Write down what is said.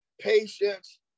patience